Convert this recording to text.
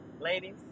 ladies